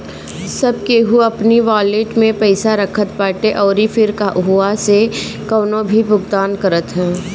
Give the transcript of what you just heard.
सब केहू अपनी वालेट में पईसा रखत बाटे अउरी फिर उहवा से कवनो भी भुगतान करत हअ